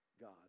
God